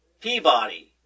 Peabody